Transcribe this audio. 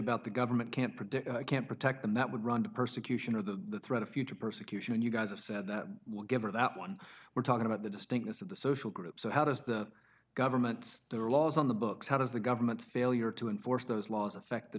about the government can't predict i can't protect them that would run the persecution of the threat of future persecution and you guys have said that will give you that one we're talking about the distinctness of the social group so how does the government there are laws on the books how does the government's failure to enforce those laws affect the